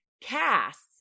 casts